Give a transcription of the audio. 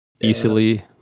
easily